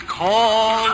call